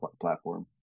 platform